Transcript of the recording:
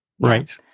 Right